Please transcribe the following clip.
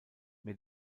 mehr